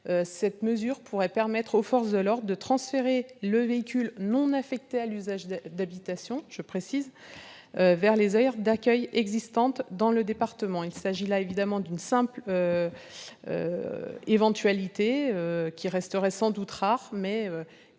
cette mesure permettrait aux forces de l'ordre de transférer le véhicule non affecté à un usage d'habitation vers les aires d'accueil existantes dans le département. Il s'agit là d'une simple éventualité, qui resterait sans doute rare, mais qui